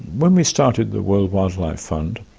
when we started the world wildlife fund,